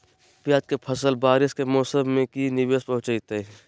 प्याज के फसल बारिस के मौसम में की निवेस पहुचैताई?